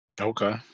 Okay